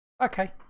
okay